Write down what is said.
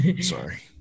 Sorry